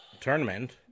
tournament